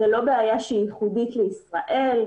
זו לא בעיה שהיא ייחודית לישראל.